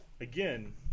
again